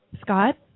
Scott